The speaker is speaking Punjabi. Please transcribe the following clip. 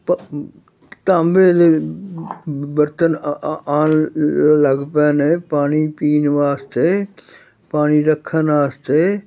ਤਾਂ ਤਾਂਬੇ ਦੇ ਬ ਬਰਤਨ ਆ ਆ ਆਉਣ ਲੱਗ ਪਏ ਨੇ ਪਾਣੀ ਪੀਣ ਵਾਸਤੇ ਪਾਣੀ ਰੱਖਣ ਵਾਸਤੇ